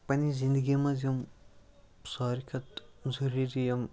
پَنٛنہِ زندگی منٛز یِم ساروی کھۄتہٕ ضٔروٗری یِم